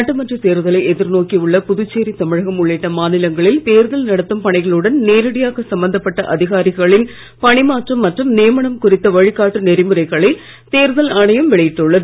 சட்டமன்ற தேர்தலை எதிர்நோக்கி உள்ள புதுச்சேரி தமிழகம் உள்ளிட்ட மாநிலங்களில் தேர்தல் நடத்தும் பணிகளுடன் நேரடியாக சம்மந்தப்பட்ட அதிகாரிகளின் பணிமாற்றம் மற்றும் நியமனம் குறித்த வழிகாட்டு நெறிமுறைகளை தேர்தல் ஆணையம் வெளியிட்டுள்ளது